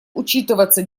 учитываться